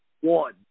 one